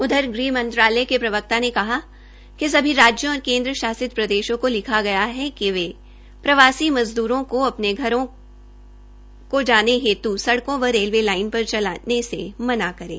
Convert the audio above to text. उधर गृहमंत्राल के प्रवक्ता ने कहा कि सभी राज्यों और केन्द्र शासित प्रदेशों को लिखा गया है कि वे प्रवासी मज़द्रों को अपने घरों को जाने हेतु स्ड़कों व रेलवे लाइन पर चलने से मना करें